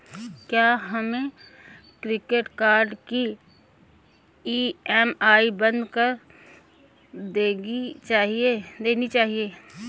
क्या हमें credit card की ई.एम.आई बंद कर देनी चाहिए?